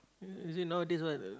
you see nowadays right